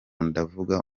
ndavuga